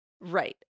Right